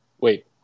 wait